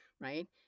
Right